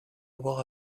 avoir